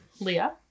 Leah